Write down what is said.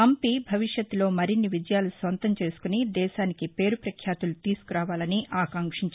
హంపి భవిష్యత్తులో మరిన్ని విజయాలు సొంతం చేసుకుని దేశానికి పేరు ప్రపఖ్యాతులు తీసుకురావాలని ఆకాంక్షించారు